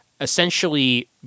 essentially